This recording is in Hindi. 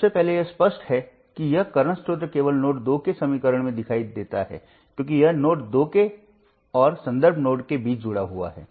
तो सबसे पहले यह स्पष्ट है कि यह वर्तमान स्रोत केवल नोड 2 के समीकरण में दिखाई देता है क्योंकि यह नोड 2 और संदर्भ नोड के बीच जुड़ा हुआ है